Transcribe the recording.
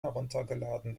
heruntergeladen